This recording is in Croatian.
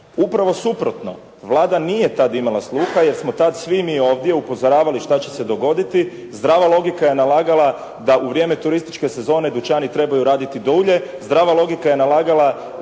Upravo suprotno. Vlada nije tad imala sluha jer smo tad svi mi ovdje upozoravali šta će se dogoditi? Zdrava logika je nalagala da u vrijeme turističke sezone dućani trebaju raditi dulje.